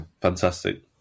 Fantastic